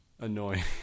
annoying